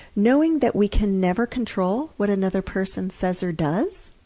knowing that we can never control what another person says or does